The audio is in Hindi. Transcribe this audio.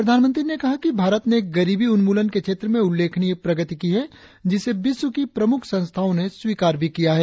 प्रधानमंत्री ने कहा कि भारत ने गरीबी उन्मूलन के क्षेत्र में उल्लेखनीय प्रगति की है जिसे विश्व की प्रमुख संस्थाओं ने स्वीकार भी किया है